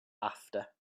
after